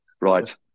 Right